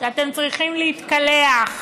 כשאתם צריכים להתקלח,